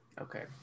Okay